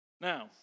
Now